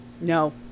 No